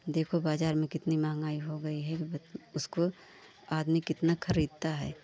देखो बाज़ार में कितनी महंगाई हो गई है उसको आदमी कितना ख़रीदता है